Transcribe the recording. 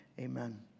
Amen